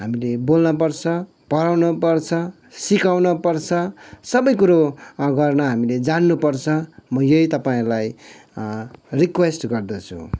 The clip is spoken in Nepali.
हामीले बोल्न पर्छ पढाउन पर्छ सिकाउन पर्छ सबै कुरो गर्न हामीले जान्नुपर्छ म यही तपाईँलाई रिक्वेस्ट गर्दछु